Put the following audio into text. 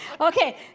Okay